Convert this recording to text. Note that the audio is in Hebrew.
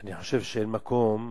אני חושב שאין מקום,